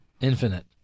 Infinite